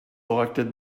elected